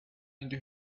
into